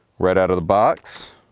right out of the box.